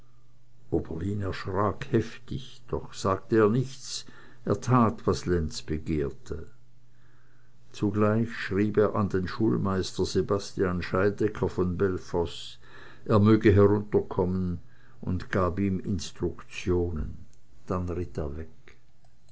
oberlin erschrak heftig doch sagte er nichts er tat was lenz begehrte zugleich schrieb er an den schulmeister sebastian scheidecker von bellefosse er möge herunterkommen und gab ihm instruktionen dann ritt er weg